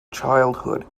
childhood